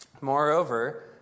Moreover